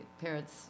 parents